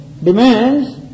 Demands